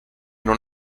non